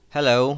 Hello